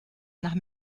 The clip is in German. nach